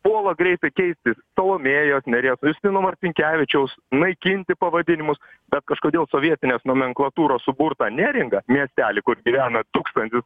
puola greitai keisti salomėjos nėries justino marcinkevičiaus naikinti pavadinimus bet kažkodėl sovietinės nomenklatūros sukurta neringą miestelį kur gyvena tūkstantis